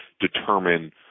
determine